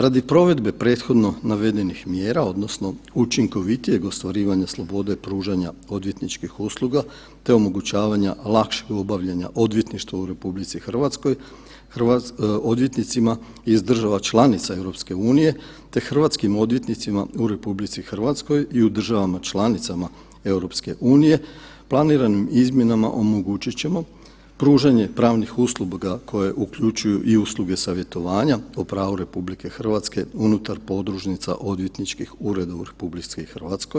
Radi provedbe prethodno navedenih mjera odnosno učinkovitijeg ostvarivanja slobode pružanja odvjetničkih usluga te omogućavanja lakšeg obavljanja odvjetništva u RH, odvjetnicima iz država članica EU te hrvatskim odvjetnicima u RH i u državama članicama EU, planiram izmjenama omogućit ćemo pružanje pravnih usluga koje uključuju i usluge savjetovanja o pravu RH unutar podružnica odvjetničkih ureda u RH.